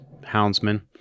houndsmen